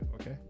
okay